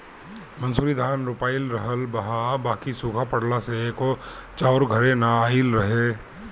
मंसूरी धान रोपाइल रहल ह बाकि सुखा पड़ला से एको चाउर घरे ना आइल हवे